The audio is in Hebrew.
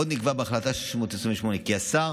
עוד נקבע בהחלטה 628 כי השר